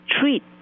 treat